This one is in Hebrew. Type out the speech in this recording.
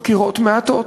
היו חקירות מעטות.